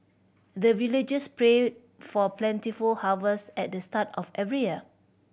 the villagers pray for plentiful harvest at the start of every year